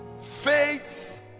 Faith